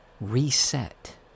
Reset